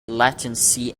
latency